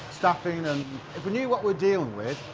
staffing, and if we knew what we're dealing with,